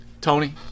Tony